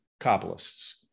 Kabbalists